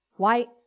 white